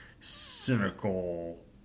cynical